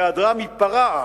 בהיעדרם ייפרע העם,